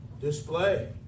Display